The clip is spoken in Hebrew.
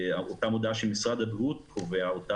אותה מודעה שמשרד הבריאות קובע,